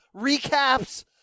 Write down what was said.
recaps